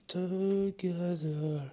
together